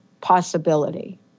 possibility